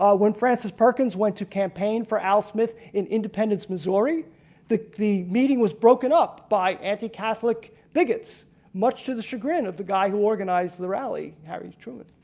when francis perkins went to campaign for al smith in independence, missouri the the meeting was broken up by anti-catholic bigots much to the chagrin of the guy who organized the rally. harry truman.